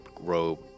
robe